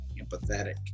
empathetic